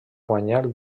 guanyar